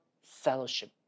fellowship